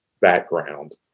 background